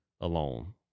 alone